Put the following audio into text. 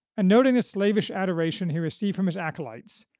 and noting the slavish adoration he received from his acolytes,